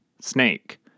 snake